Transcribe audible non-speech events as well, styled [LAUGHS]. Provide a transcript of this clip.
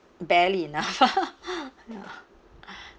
barely enough [LAUGHS] [BREATH]